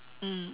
mm